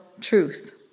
truth